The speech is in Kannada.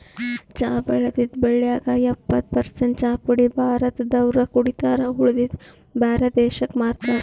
ಚಾ ಬೆಳದಿದ್ದ್ ಬೆಳ್ಯಾಗ್ ಎಪ್ಪತ್ತ್ ಪರಸೆಂಟ್ ಚಾಪುಡಿ ಭಾರತ್ ದವ್ರೆ ಕುಡಿತಾರ್ ಉಳದಿದ್ದ್ ಬ್ಯಾರೆ ದೇಶಕ್ಕ್ ಮಾರ್ತಾರ್